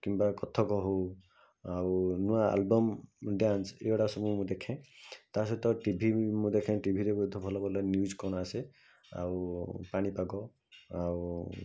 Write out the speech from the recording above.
କିମ୍ବା କଥକ ହଉ ଆଉ ନୂଆ ଆଲବମ୍ ଡ୍ୟାନ୍ସ ଏଗୁଡ଼ା ସବୁ ମୁଁ ଦେଖେ ତା' ସହିତ ଟି ଭି ବି ମୁଁ ଦେଖେ ଟିଭିରେ ହୁଏତ ଭଲ ଭଲ ନ୍ୟୁଜ୍ କ'ଣ ଆସେ ଆଉ ପାଣିପାଗ ଆଉ